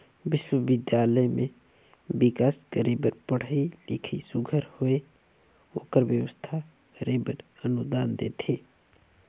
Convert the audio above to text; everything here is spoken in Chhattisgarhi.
बिस्वबिद्यालय में बिकास करे बर पढ़ई लिखई सुग्घर होए ओकर बेवस्था करे बर अनुदान देथे